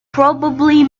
probably